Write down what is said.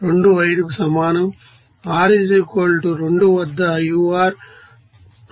25 కు సమానం r 2 వద్ద ur 2